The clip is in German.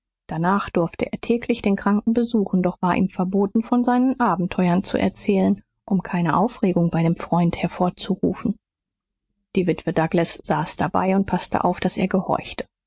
danach durfte er täglich den kranken besuchen doch war ihm verboten von seinen abenteuern zu erzählen um keine aufregung bei dem freund hervorzurufen die witwe douglas saß dabei und paßte auf daß er gehorchte